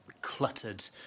cluttered